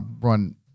run